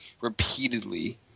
repeatedly